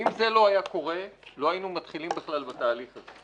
אם זה לא היה קורה לא היינו מתחילים בכלל בתהליך הזה.